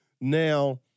Now